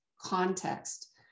context